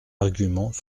argument